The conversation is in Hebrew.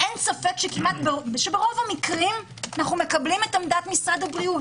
אין ספק שברוב המקרים אנו מקבלים את עמדת משרד הבריאות